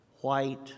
white